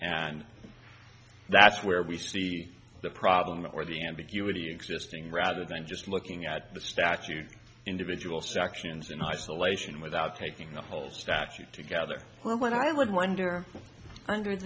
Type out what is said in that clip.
and that's where we see the problem or the ambiguity existing rather than just looking at the statute individual sections in isolation without taking the whole statute together when i would wonder hundreds